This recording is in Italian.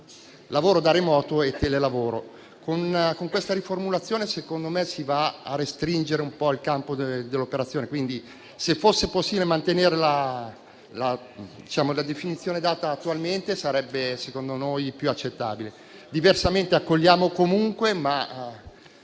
lavoro da remoto a telelavoro. Con questa riformulazione - secondo me - si va a restringere un po' il campo dell'operazione. Quindi, se fosse possibile, mantenere la definizione data attualmente - secondo noi - sarebbe più accettabile. Diversamente lo accogliamo comunque, ma